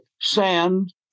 sand